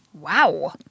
Wow